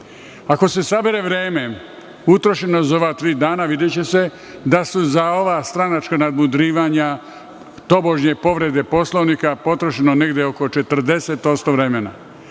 Ako se sabere vreme utrošeno za ova tri dana, videće se da su za ova stranačka nadmudrivanja, tobože povrede Poslovnika, potrošeno oko 40% vremena. Mi